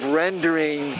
rendering